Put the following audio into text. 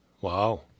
Wow